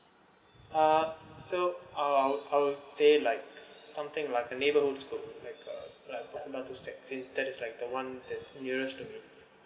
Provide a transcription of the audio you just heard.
uh so uh I would I would say like something like a neighborhood school like a like bukit batok sec is that is like the one that's nearest to me